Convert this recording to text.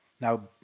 Now